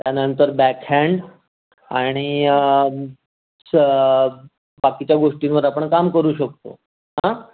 त्यानंतर back hand आणि च बाकीच्या गोष्टींवर आपण काम करू शकतो आं